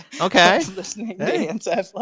Okay